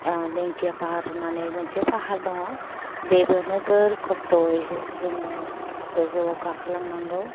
ओह लेंथिया फाहार होनानै मोनसे फाहार दङ बेबो नोगोर खस्थ'यैसो जोङो गोजौआव गाखोलांनांगौ